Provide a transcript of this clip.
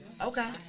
Okay